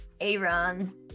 Aaron